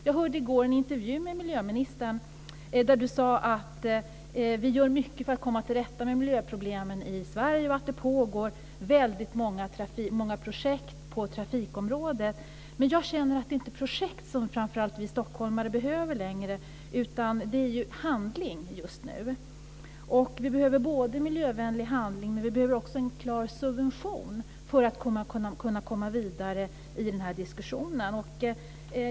Jag hörde i går en intervju med miljöministern där han sade att vi gör mycket för att komma till rätta med miljöproblemen i Sverige och att det pågår väldigt många projekt på trafikområdet. Men jag känner att det inte längre framför allt är projekt som vi stockholmare behöver, utan det är handling just nu. Vi behöver både miljövänlig handling och en klar subvention för att kunna komma vidare i den här diskussionen.